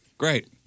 Great